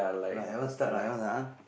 I haven't start lah haven't ah